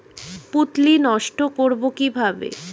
পুত্তলি নষ্ট করব কিভাবে?